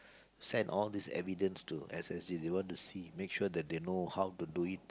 send all these evidence to S_S_G they want to see make sure that they know how to do it